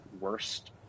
worst